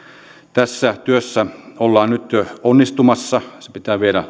tässä työssä ollaan nyt onnistumassa se pitää viedä